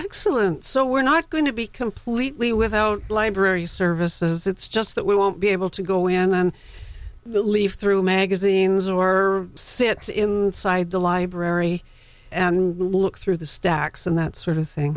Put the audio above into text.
excellent so we're not going to be completely without library services it's just that we won't be able to go in and leaf through magazines we're six inside the library and look through the stacks and that sort of thing